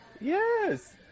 Yes